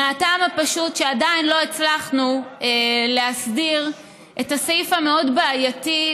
מהטעם הפשוט שעדיין לא הצלחנו להסדיר את הסעיף המאוד-בעייתי,